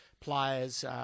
players